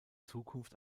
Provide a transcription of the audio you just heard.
zukunft